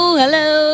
hello